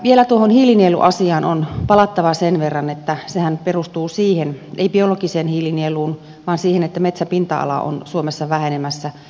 vielä tuohon hiilinieluasiaan on palattava sen verran että sehän perustuu ei biologiseen hiilinieluun vaan siihen että metsäpinta ala on suomessa vähenemässä